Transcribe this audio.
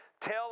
Tell